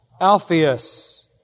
Alpheus